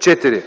„4.